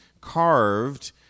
carved